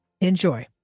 Enjoy